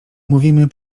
mówimy